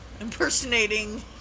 impersonating